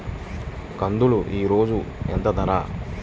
కందులు ఈరోజు ఎంత ధర?